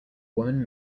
woman